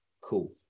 Cool